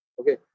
okay